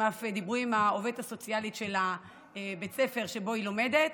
הם אף דיברו עם העובדת הסוציאלית של בית הספר שבו היא לומדת,